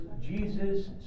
Jesus